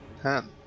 Ten